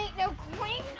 no queen.